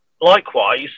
Likewise